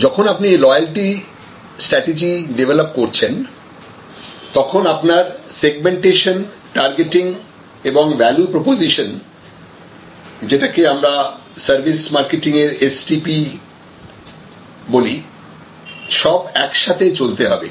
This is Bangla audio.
যখন আপনি লয়াল্টি স্ট্রাটেজি ডেভেলপ করছেন তখন আপনার সেগমেন্টেশন টার্গেটিং এবং ভ্যালু প্রপোজিশন যেটাকে আমরা সার্ভিস মার্কেটিংয়ের STP বলি সব একসাথে চলতে হবে